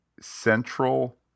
central